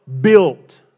built